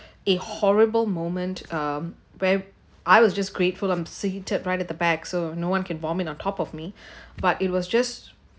a horrible moment um where I was just grateful I'm seated right at the back so no one can vomit on top of me but it was just